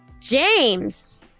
James